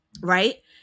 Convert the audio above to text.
right